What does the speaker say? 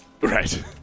Right